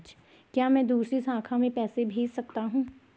क्या मैं दूसरी शाखा में पैसे भेज सकता हूँ?